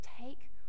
take